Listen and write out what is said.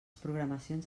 programacions